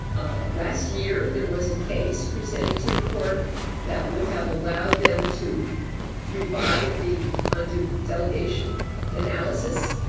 ah last year there was a case presented to the court that would have allowed them to revive the undue delegation analysis.